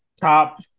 top